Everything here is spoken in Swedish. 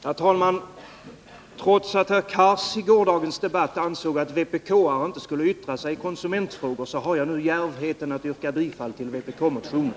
Herr talman! Trots att herr Cars i gårdagens debatt ansåg att vpk-are inte skulle yttra sig i konsumentfrågor har jag nu djärvheten att yrka bifall till vpk-motionen.